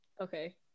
Okay